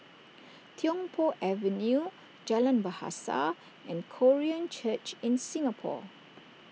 Tiong Poh Avenue Jalan Bahasa and Korean Church in Singapore